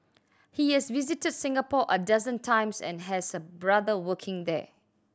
he has visited Singapore a dozen times and has a brother working there